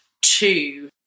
two